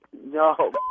No